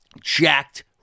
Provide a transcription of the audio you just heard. jacked